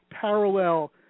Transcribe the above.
parallel